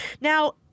Now